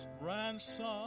ransom